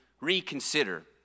reconsider